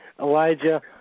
Elijah